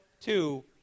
two